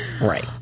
Right